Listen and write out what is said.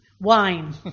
Wine